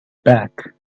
back